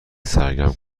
سرگرم